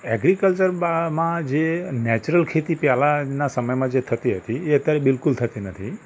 agriculture બામાં જે natural ખેતી પહેલાંના સમયમાં જે થતી હતી એ અત્યારે બિલકુલ થતી નથી